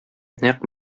нәкъ